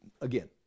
Again